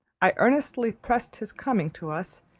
i earnestly pressed his coming to us,